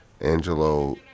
Angelo